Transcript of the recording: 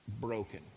broken